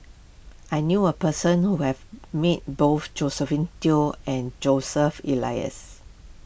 I knew a person who have meet both Josephine Teo and Joseph Elias